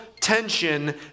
tension